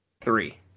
Three